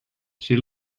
she